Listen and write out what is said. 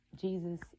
Jesus